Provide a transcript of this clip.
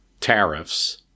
Tariffs